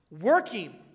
working